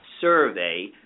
survey